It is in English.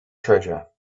treasure